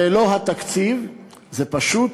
ללא התקציב זה פשוט